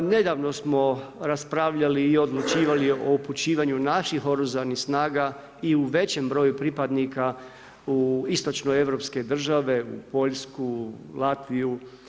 Nedavno smo raspravljali i odlučivali o upućivanju naših oružanih snaga i u većem broju pripadnika u istočnoeuropske države u Poljsku, Latviju.